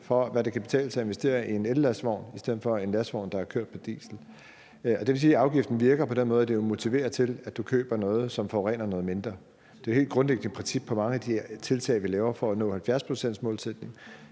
det bedre kan betale sig at investere i en ellastvogn stedet for en lastvogn, der kører på diesel. Og det vil sige, at afgiften virker på den måde, at det motiverer til, at du køber noget, som forurener noget mindre. Det er jo et helt grundlæggende princip for mange af de her tiltag, vi laver for at nå 70-procentsmålsætningen,